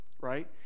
right